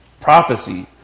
prophecy